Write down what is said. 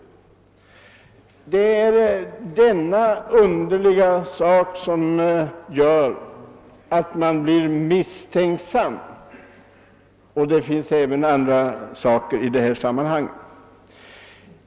Denna underliga sak gör att man blir misstänksam, och det finns även andra oklarheter i detta sammanhang.